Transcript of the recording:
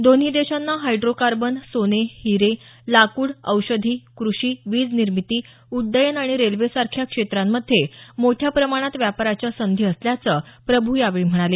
दोन्ही देशांना हायड्रोकार्बन सोने हिरे लाकूड औषधी कृषी वीज निर्मिती उड्ड्यन आणि रेल्वेसारख्या क्षेत्रांमध्ये मोठ्या प्रमाणात व्यापाराच्या संधी असल्याचं प्रभू यावेळी म्हणाले